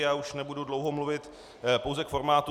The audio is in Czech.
Já už nebudu dlouho mluvit, pouze k formátu.